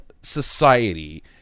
society